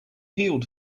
healed